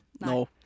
No